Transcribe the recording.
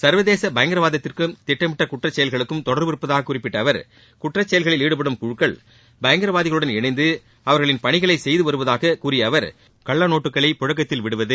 சர்வதேச பயங்கரவாதத்திற்கும் திட்டமிட்ட குற்றச்செயல்களுக்கும் தொடர்பிருப்பதாக குறிப்பிட்ட அவர் குற்றச்செயல்களில் ஈடுபடும் குழுக்கள் பயங்கரவாதிகளுடன் இணைந்து அவர்களின் பணிகளை செய்து வருவதாகவும் கூறிய அவர் கள்ள நோட்டுகளை புழக்கத்தில் விடுவது